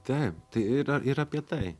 taip tai ir ir apie tai